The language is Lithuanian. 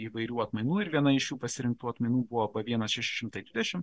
įvairių atmainų ir viena iš šių pasirinktų atmainų buvo b vienas šeši šimtai dvidešim